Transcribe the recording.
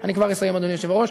אני כבר אסיים, אדוני היושב-ראש,